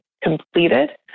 completed